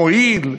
מועיל?